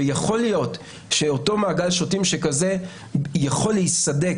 יכול להיות שמעגל השוטים הזה יכול להיסדק